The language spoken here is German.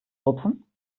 rupfen